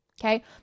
Okay